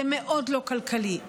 זה מאוד לא כלכלי.